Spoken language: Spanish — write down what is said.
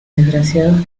desgraciados